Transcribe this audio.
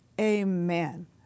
Amen